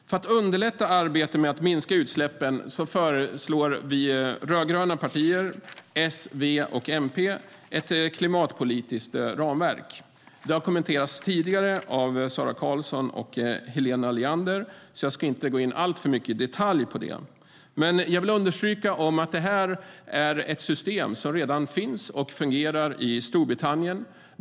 För att underlätta arbetet med att minska utsläppen föreslår vi rödgröna partier, S, V och MP, ett klimatpolitiskt ramverk. Detta har kommenterats tidigare av Sara Karlsson och Helena Leander, så jag ska inte gå in alltför mycket i detalj på det. Jag vill dock understryka att det är ett system som redan finns och fungerar i Storbritannien.